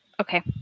Okay